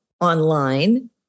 online